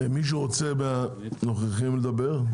מישהו מהנוכחים רוצה לדבר?